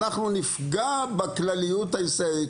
אנחנו נפגע בכלליות הישראלית.